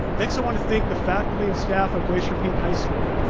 next, i wanna thank the faculty and staff of glacier peak high school,